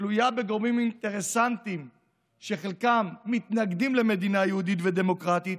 שתלויה בגורמים אינטרסנטיים שחלקם מתנגדים למדינה יהודית ודמוקרטית,